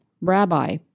Rabbi